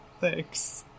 Thanks